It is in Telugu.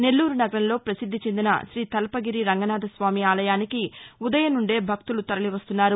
నెల్లూరు నగరంలో భ్రసిద్ది చెందిన శ్రీతల్పగిరి రంగనాథస్వామి ఆలయానికి ఉదయం నుందే భక్తులు తరలి వస్తున్నారు